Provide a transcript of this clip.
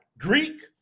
Greek